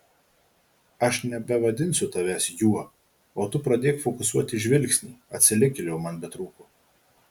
aš nebevadinsiu tavęs juo o tu pradėk fokusuoti žvilgsnį atsilikėlio man betrūko